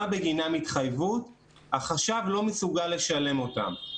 בגינם התחייבות החשב לא מסוגל לשלם אותם.